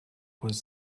was